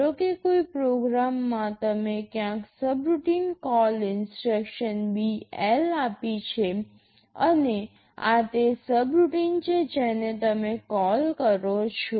ધારો કે કોઈ પ્રોગ્રામમાં તમે ક્યાંક સબરૂટિન કોલ ઇન્સટ્રક્શન BL આપી છે અને આ તે સબરૂટિન છે જેને તમે કોલ કરો છો